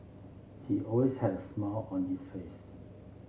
he always had a smile on his face